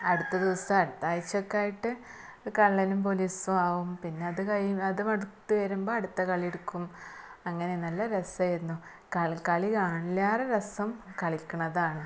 അടുത്ത ദിവസം അടുത്തയാഴ്ചയൊക്കെയായിട്ട് കള്ളനും പോലീസുവാവും പിന്നെ അത് അത് മടുത്ത് വരുമ്പോള് അടുത്ത കളിയെടുക്കും അങ്ങനെ നല്ല രസമായിരുന്നു കളി കാണുന്നതിലേറെ രസം കളിക്കുന്നതാണ്